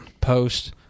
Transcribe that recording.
Post